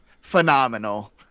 phenomenal